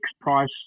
price